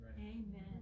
Amen